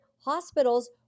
hospitals